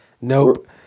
nope